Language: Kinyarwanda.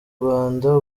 rwanda